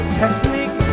technique